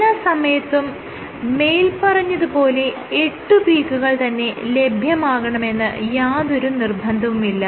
എല്ലാ സമയത്തും മേല്പറഞ്ഞത് പോലെ എട്ട് പീക്കുകൾ തന്നെ ലഭ്യമാകണമെന്ന് യാതൊരു നിർബന്ധവുമില്ല